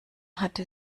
hatte